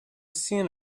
seen